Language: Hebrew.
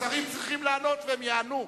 שרים צריכים לענות והם יענו.